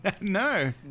No